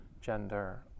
gender